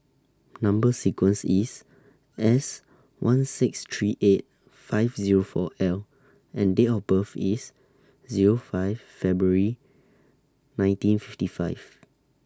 Number sequence IS S one six three eight five Zero four L and Date of birth IS Zero five February nineteen fifty five